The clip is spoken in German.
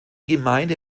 gemeinde